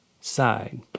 side